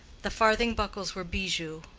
the farthing buckles were bijoux.